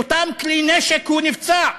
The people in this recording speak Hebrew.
מאותם כלי נשק הוא נפצע?